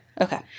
Okay